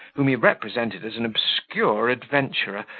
whom he represented as an obscure adventurer,